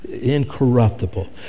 Incorruptible